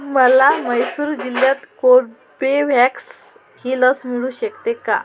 मला म्हैसूर जिल्ह्यात कोर्बेव्हॅक्स ही लस मिळू शकते का